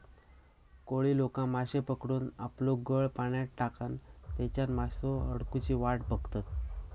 कोळी लोका माश्ये पकडूक आपलो गळ पाण्यात टाकान तेच्यात मासो अडकुची वाट बघतत